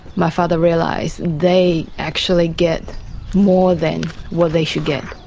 my father realised they actually get more than what they should get.